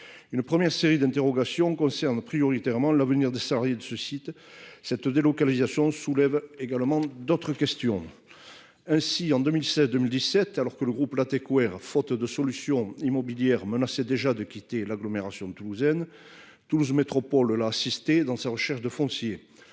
inquiétons bien évidemment en priorité de l'avenir des salariés de ce site, mais cette délocalisation soulève également d'autres questions. Ainsi, en 2016 et 2017, alors que le groupe Latécoère, faute de solution immobilière, menaçait déjà de quitter l'agglomération toulousaine, Toulouse Métropole l'avait assisté dans sa recherche de foncier.